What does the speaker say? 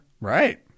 right